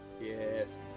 Yes